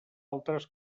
altres